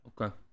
Okay